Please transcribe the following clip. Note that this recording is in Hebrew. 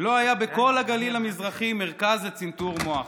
לא היה בכל הגליל המזרחי מרכז לצנתור מוח,